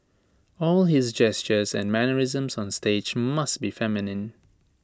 all his gestures and mannerisms on stage must be feminine